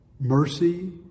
Mercy